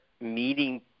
meeting